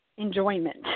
enjoyment